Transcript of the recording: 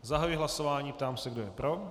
Zahajuji hlasování a ptám se, kdo je pro.